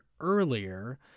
earlier